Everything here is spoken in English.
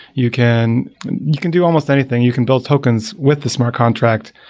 you can you can do almost anything. you can build tokens with the smart contract.